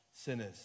Sinners